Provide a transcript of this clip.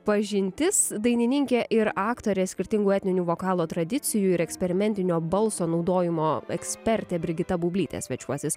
pažintis dainininkė ir aktorė skirtingų etninių vokalo tradicijų ir eksperimentinio balso naudojimo ekspertė brigita bublytė svečiuosis